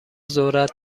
ذرت